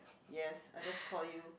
yes I just call you